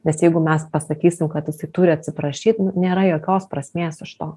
nes jeigu mes pasakysim kad jisai turi atsiprašyt nėra jokios prasmės iš to